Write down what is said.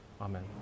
Amen